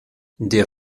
der